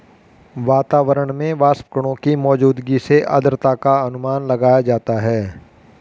वातावरण में वाष्पकणों की मौजूदगी से आद्रता का अनुमान लगाया जाता है